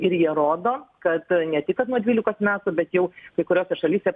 ir jie rodo kad ne tik kad nuo dvylikos metų bet jau kai kuriose šalyse